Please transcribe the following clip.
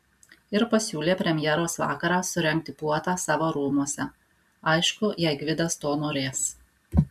ir pasiūlė premjeros vakarą surengti puotą savo rūmuose aišku jei gvidas to norės